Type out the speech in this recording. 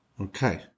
Okay